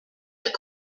est